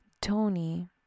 tony